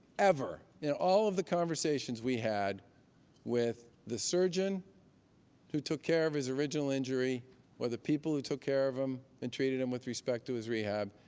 ever, in all of the conversations we had with the surgeon who took care of his original injury or the people who took care of him and treated him with respect to his rehab,